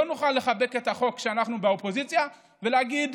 לא נוכל לחבק את החוק כשאנחנו בקואליציה ולהגיד: